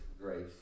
Grace